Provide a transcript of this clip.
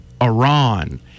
Iran